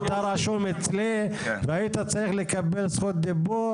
אתה רשום אצלי והיית צריך לקבל זכות דיבור,